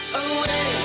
away